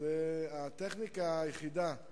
אז הטכניקה היחידה,